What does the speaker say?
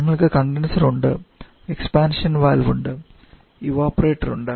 ഞങ്ങൾക്ക് കണ്ടൻസർ ഉണ്ട് expansion valve ഉണ്ട് ഇവപൊറേറ്റർ ഉണ്ട്